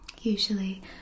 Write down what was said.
Usually